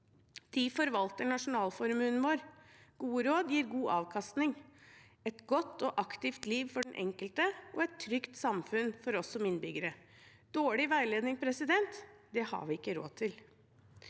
De forvalter nasjonalformuen vår. Gode råd gir god avkastning – et godt og aktivt liv for den enkelte og et trygt samfunn for oss som innbyggere. Dårlig veiledning har vi ikke råd til.